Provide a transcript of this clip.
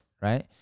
right